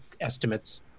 estimates